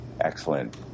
excellent